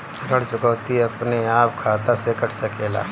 ऋण चुकौती अपने आप खाता से कट सकेला?